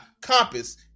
compass